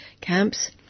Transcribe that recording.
camps